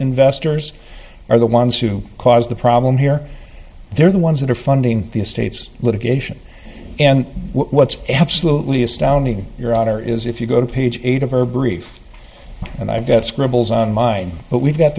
investors are the ones who caused the problem here they're the ones that are funding the estates litigation and what's absolutely astounding your honor is if you go to page eight of her brief and i've got scribbles on mine but we've got